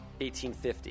1850